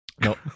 No